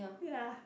ya